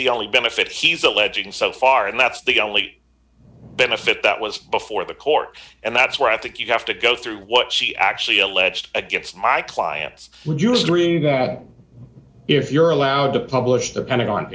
the only benefit he's alleging so far and that's the only benefit that was before the court and that's where i think you have to go through what she actually alleged against my clients would use during that if you're allowed to publish the pen